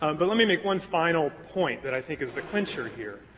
um but let me make one final point that i think is the clincher here.